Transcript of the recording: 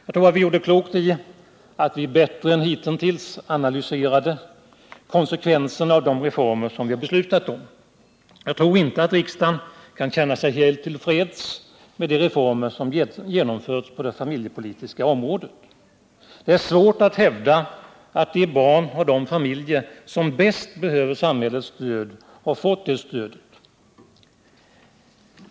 Jag tror att vi här i riksdagen gjorde klokt i att bättre än hittills analysera konsekvenserna av de reformer som vi fattar beslut om. Jag tror inte att riksdagen kan känna sig helt till freds med de reformer som genomförts på det familjepolitiska området. Det är svårt att hävda att barn i familjer som bäst behöver samhällets stöd har fått det stödet.